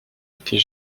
était